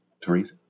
Teresa